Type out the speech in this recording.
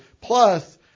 Plus